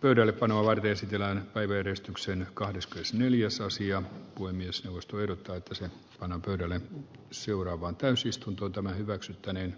pöydällepanoa esitellään päiväjärjestykseen kahdeskymmenesneljäsosia kuin mies jos tuijottaa mikä on edelleen seuraava täysistunto tämä hyväksyttäneen